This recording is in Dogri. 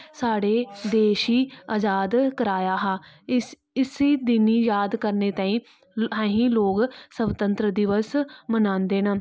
साडे देश गी आजाद कराया हा इस दिन गी य़ाद करने तांई आसे लोक स्बतत्रंता दिवस मनादे न